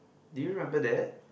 do you remember that